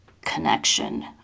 connection